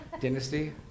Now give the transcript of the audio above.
Dynasty